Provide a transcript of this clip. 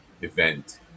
event